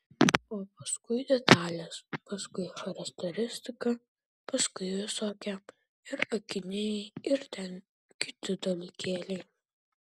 o paskui detalės paskui charakteristika paskui visokie ir akiniai ir ten kiti dalykėliai